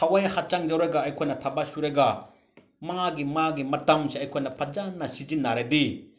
ꯊꯋꯥꯏ ꯍꯛꯆꯥꯡ ꯌꯥꯎꯔꯒ ꯑꯩꯈꯣꯏꯅ ꯊꯕꯛ ꯁꯨꯔꯒ ꯃꯥꯒꯤ ꯃꯥꯒꯤ ꯃꯇꯝꯁꯦ ꯑꯩꯈꯣꯏꯅ ꯐꯖꯅ ꯁꯤꯖꯤꯟꯅꯔꯗꯤ